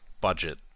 budget